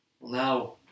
Now